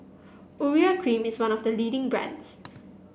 Urea Cream is one of the leading brands